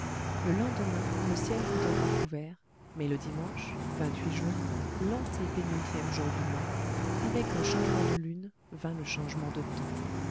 le lendemain le ciel fut encore couvert mais le dimanche juin l'antépénultième jour du mois avec le changement de lune vint le changement de temps